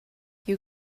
you